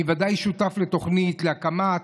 אני ודאי שותף לתוכנית להקמת,